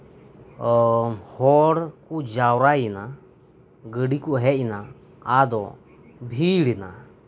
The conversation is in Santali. ᱦᱚᱲ ᱠᱩ ᱡᱟᱣᱨᱟᱭᱮᱱᱟ ᱜᱟᱹᱰᱤ ᱠᱩ ᱦᱮᱡ ᱮᱱᱟ ᱟᱫᱚ ᱵᱷᱤᱲ ᱮᱱᱟ